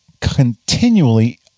continually